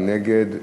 מי נגד?